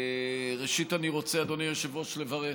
ראשית, אני רוצה, אדוני היושב-ראש, לברך.